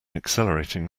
accelerating